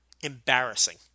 Embarrassing